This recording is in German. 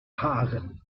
haaren